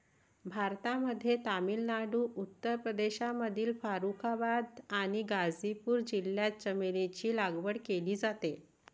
भारतामध्ये तामिळनाडू, उत्तर प्रदेशमधील फारुखाबाद आणि गाझीपूर जिल्ह्यात चमेलीची लागवड केली जाते